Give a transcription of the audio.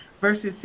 verses